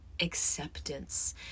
Acceptance